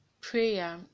Prayer